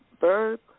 Berg